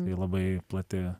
tai labai plati